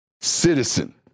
citizen